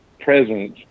presence